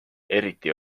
eriti